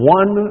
one